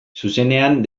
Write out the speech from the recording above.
zuzenean